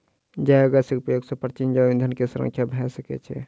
जैव गैसक उपयोग सॅ प्राचीन जैव ईंधन के संरक्षण भ सकै छै